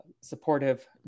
supportive